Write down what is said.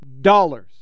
dollars